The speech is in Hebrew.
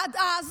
עד אז